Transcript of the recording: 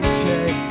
check